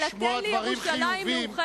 אלא: תן לי ירושלים מאוחדת.